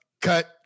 cut